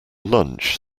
lunch